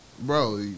Bro